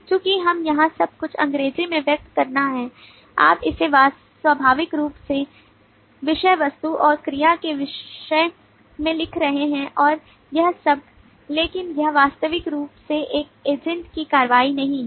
चूँकि हमें यहाँ सब कुछ अंग्रेजी में व्यक्त करना है आप इसे स्वाभाविक रूप से विषय वस्तु और क्रिया के विषय में लिख रहे हैं और यह सब लेकिन यह वास्तविक रूप से एक एजेंट की कार्रवाई नहीं है